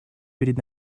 перед